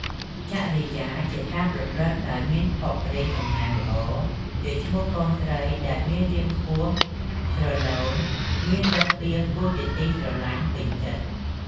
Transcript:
ចរិយា ជាការប្រព្រឹត្តដោយមានភ័ព្វព្រេងសំណាងល្អ ជាឈ្មោះកូនស្រីដែលមានរាងខ្ពស់ស្រឡូនមានឫកពាគួរជាទីស្រឡាញ់ពេញចិត្ត ។